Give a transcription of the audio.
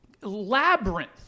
labyrinth